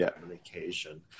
communication